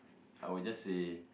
I will just say